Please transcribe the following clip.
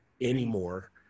anymore